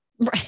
Right